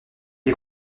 est